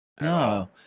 No